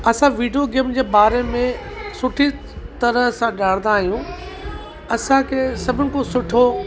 असां video game जे बारे में सुठी तरह सां ॼाणंदा आहियूं असांखे सभिनि खां सुठो